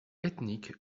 ethnique